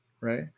right